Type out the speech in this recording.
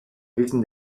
wissen